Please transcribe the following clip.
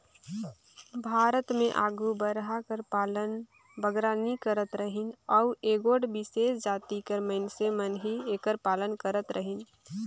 भारत में आघु बरहा कर पालन बगरा नी करत रहिन अउ एगोट बिसेस जाति कर मइनसे मन ही एकर पालन करत रहिन